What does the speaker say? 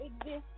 exist